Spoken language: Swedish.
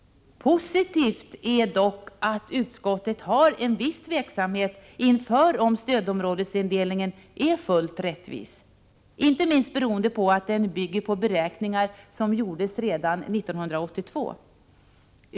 Positivt är dock att utskottet hyser viss tvekan inför om stödområdesindelningen är fullt rättvis, inte minst beroende på att den bygger på beräkningar som gjordes redan 1982.